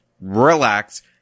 relax